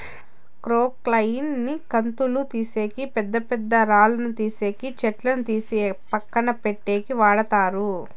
క్రొక్లేయిన్ ని గుంతలు తీసేకి, పెద్ద పెద్ద రాళ్ళను తీసేకి, చెట్లను తీసి పక్కన పెట్టేకి వాడతారు